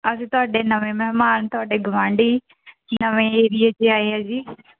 ਅਸੀਂ ਤੁਹਾਡੇ ਨਵੇਂ ਮਹਿਮਾਨ ਤੁਹਾਡੇ ਗਆਂਢੀ ਨਵੇਂ ਏਰੀਏ 'ਚ ਆਏ ਹਾਂ ਜੀ